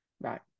right